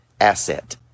asset